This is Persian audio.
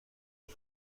این